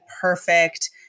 perfect